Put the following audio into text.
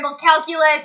calculus